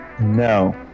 No